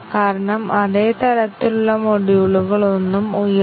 ഞങ്ങൾ അത് സ്വമേധയാ ചെയ്യേണ്ടതില്ല